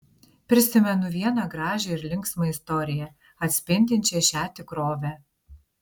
prisimenu vieną gražią ir linksmą istoriją atspindinčią šią tikrovę